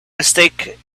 mistake